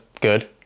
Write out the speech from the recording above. good